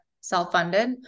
self-funded